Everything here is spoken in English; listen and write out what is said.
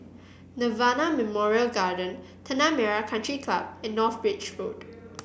Nirvana Memorial Garden Tanah Merah Country Club and North Bridge Road